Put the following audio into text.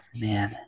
man